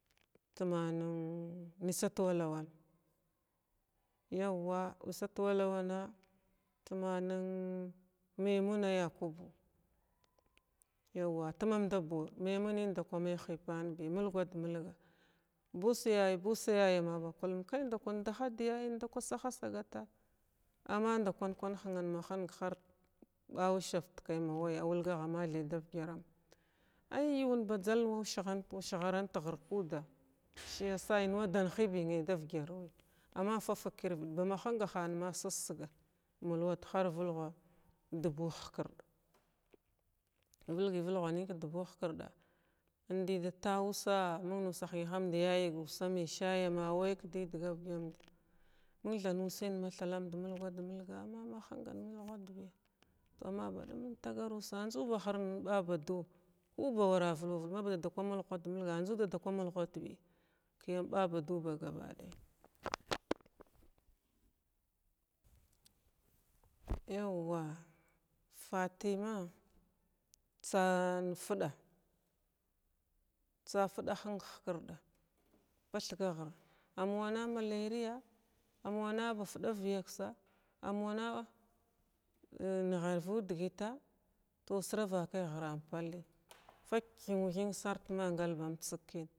Tman nn istwalawana yawa istawalawana tman memuna yakubu yawa tumanda bu memunindaku me hioinbiya mulgwad mulga busyay busyaya aman bakullum kaidaku ban dahadiya bindaku sahasagata amma ndakwan kwan hnanma hng har ba ushau dkai ma waya awulg ah mathai dugarma ai yuwun badʒaln wa ush harant hr kuda shiyasa in wa dan hinai da vigarun amma fafg kirvid ba ma hunga han ma ha stsga ha vulwhwa dubu hkrda vlgi vul wha nin kdbu hukuda indi da ta ussa mung nusa hiyahamdi yayag yssa mai shaya ama we kdidga vigamd mung tha nusin mathalamd mulwhad mulga amma na hungun mhwadgi amma badum in taga us adʒuba hr inba adu kuba wara avl madada kwa mul whad mulg adʒu dada kwa mul whadi inba adubagabadaya yawa fatima tsa fda tsa fda hung hukuɗa pathaga hr amwana maleriya am wanna ba fda viyeksa amwana niharvu dgita to sravakai hran kwani vaky thinnun thing sarrkinma kalbam tsgkim.